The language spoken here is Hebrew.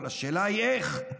אבל השאלה היא איך.